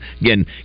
Again